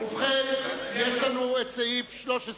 ובכן, יש לנו סעיף 13